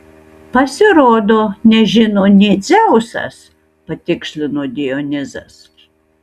pasirodo nežino nė dzeusas patikslino dionizas